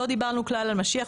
לא דיברנו כלל על משיח,